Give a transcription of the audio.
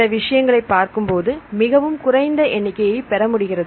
சில விஷயங்களை பார்க்கும்போது மிகவும் குறைந்த எண்ணிக்கையை பெறமுடிகிறது